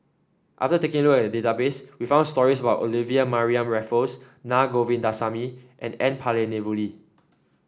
after taking a look at the database we found stories about Olivia Mariamne Raffles Naa Govindasamy and N Palanivelu